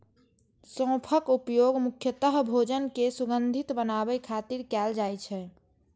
सौंफक उपयोग मुख्यतः भोजन कें सुगंधित बनाबै खातिर कैल जाइ छै